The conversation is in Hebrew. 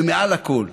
ומעל הכול,